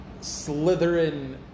Slytherin